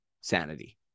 sanity